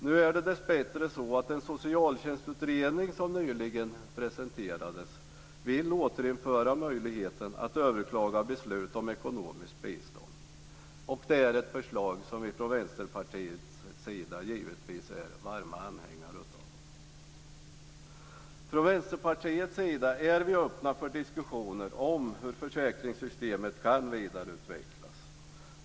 Nu är det dessbättre så att den socialtjänstutredning som nyligen presenterade sitt förslag vill återinföra möjligheten att överklaga beslut om ekonomiskt bistånd. Det är ett förslag som vi från Vänsterpartiets sida givetvis är varma anhängare av. I Vänsterpartiet är vi öppna för diskussioner om hur försäkringssystemet kan vidareutvecklas.